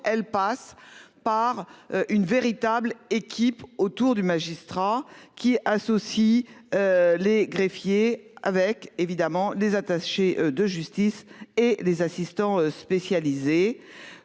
elle passe par une véritable équipe autour du magistrat qui associe. Les greffiers avec évidemment des attachés de justice et les assistants spécialisés.